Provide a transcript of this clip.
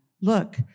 look